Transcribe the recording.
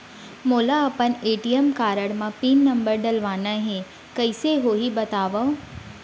मोला अपन ATM card म पिन नंबर डलवाना हे कइसे होही बतावव?